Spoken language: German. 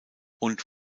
und